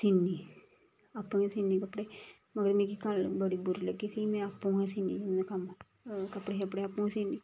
सीनी आपूं गै सीनी कपड़े मगर मिगी गल्ल बड़ी बुरी लग्गी थी में आपूं गै सीनी एह् कम्म मतलब कपड़े शपड़े आपूं गै सीनी